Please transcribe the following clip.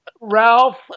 Ralph